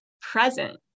present